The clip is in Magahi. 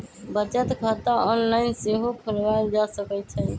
बचत खता ऑनलाइन सेहो खोलवायल जा सकइ छइ